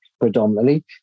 predominantly